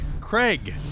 Craig